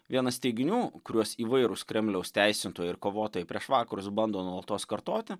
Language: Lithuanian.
vienas teiginių kuriuos įvairūs kremliaus teisintojai ir kovotojai prieš vakarus bando nuolatos kartoti